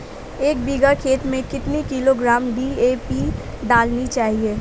एक बीघा खेत में कितनी किलोग्राम डी.ए.पी डालनी चाहिए?